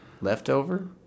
Leftover